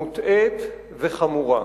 מוטעית וחמורה.